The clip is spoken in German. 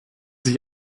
sich